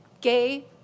gay